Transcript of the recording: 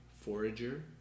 forager